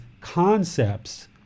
concepts